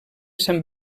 sant